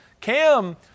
Cam